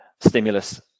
stimulus